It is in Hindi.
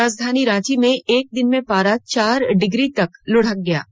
राजधानी रांची में एक दिन में पारा चार डिग्री तक लुढ़क गया है